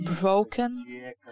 broken